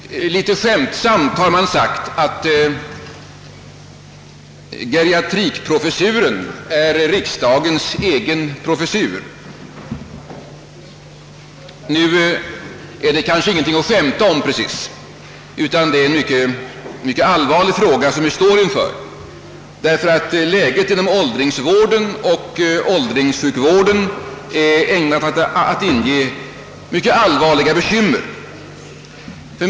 Herr talman! Litet skämtsamt har man sagt att geriatrikprofessuren är riksdagens egen professur. Nu är detta kanske inte precis något att skämta om, ty det är en mycket allvarlig fråga som vi står inför. Läget inom åldringsvården och åldringssjukvården är ägnat att inge mycket allvarliga bekymmer.